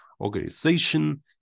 organization